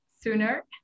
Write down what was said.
sooner